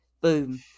boom